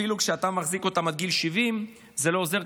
אפילו כשאתה מחזיק אותם עד גיל 70 זה לא עוזר,